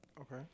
Okay